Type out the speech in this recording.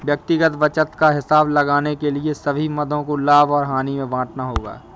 व्यक्तिगत बचत का हिसाब लगाने के लिए सभी मदों को लाभ और हानि में बांटना होगा